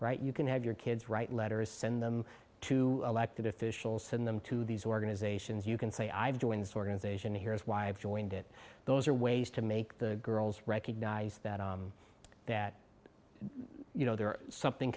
right you can have your kids write letters send them to elected officials send them to these organizations you can say i'm doing this organization here is why i've joined it those are ways to make the girls recognize that that you know there are something